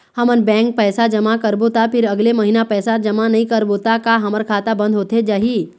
हमन बैंक पैसा जमा करबो ता फिर अगले महीना पैसा जमा नई करबो ता का हमर खाता बंद होथे जाही?